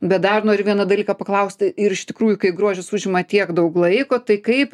bet dar noriu vieną dalyką paklausti ir iš tikrųjų kai grožis užima tiek daug laiko tai kaip